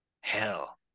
hell